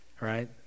right